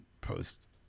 post